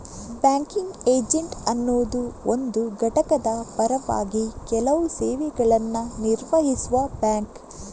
banking agent ಅನ್ನುದು ಒಂದು ಘಟಕದ ಪರವಾಗಿ ಕೆಲವು ಸೇವೆಗಳನ್ನ ನಿರ್ವಹಿಸುವ ಬ್ಯಾಂಕ್